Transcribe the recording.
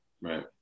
Right